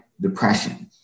depression